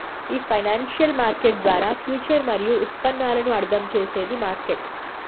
ఈ financial market ద్వారా future మరియు ఉత్పన్నాలను అర్థం చేసేది మార్కెట్